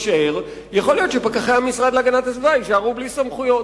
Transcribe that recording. יכול להיות שפקחי המשרד להגנת הסביבה יישארו בלי סמכויות.